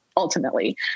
ultimately